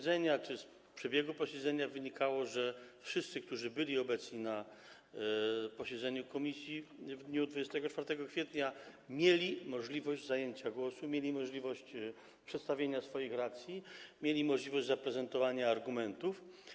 Z przebiegu posiedzenia wynikało, że wszyscy, którzy byli obecni na posiedzeniu komisji w dniu 24 kwietnia, mieli możliwość zabrania głosu, mieli możliwość przedstawienia swoich racji, mieli możliwość zaprezentowania argumentów.